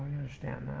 understand